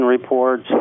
reports